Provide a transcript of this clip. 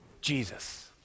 Jesus